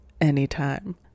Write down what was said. anytime